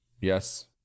yes